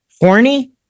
horny